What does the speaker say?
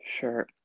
Sure